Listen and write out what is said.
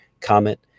comment